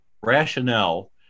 rationale